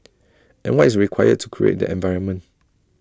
and what is required to create that environment